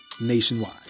nationwide